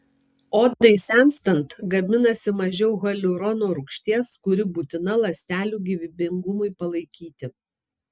odai senstant gaminasi mažiau hialurono rūgšties kuri būtina ląstelių gyvybingumui palaikyti